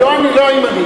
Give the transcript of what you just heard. לא אני,